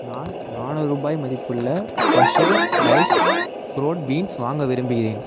நான் நானூறு ரூபாய் மதிப்புள்ள ஃப்ரெஷ்ஷோ டைஸ்ட் ப்ரோட் பீன்ஸ் வாங்க விரும்புகிறேன்